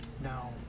No